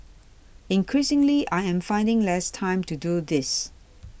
increasingly I am finding less time to do this